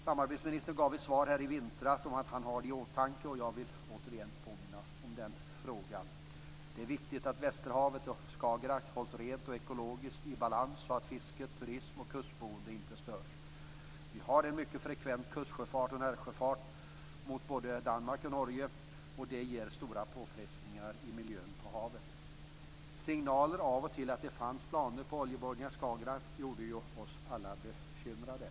Samarbetsministern sade i ett svar här i vintras att han har detta i åtanke, och jag vill återigen påminna om frågan. Det är viktigt att västerhavet och Skagerrak hålls rent och i ekologisk balans så att fiske, turism och kustboende inte störs. Vi har en mycket frekvent kustsjöfart och närsjöfart mot både Danmark och Norge, och det ger stora påfrestningar på havsmiljön. Signaler av och till om att det fanns planer på oljeborrning i Skagerrak gjorde oss alla bekymrade.